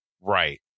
Right